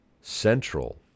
central